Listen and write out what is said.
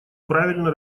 правильно